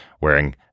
wearing